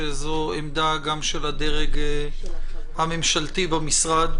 שזו עמדה גם של הדרג הממשלתי במשרד,